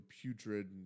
putrid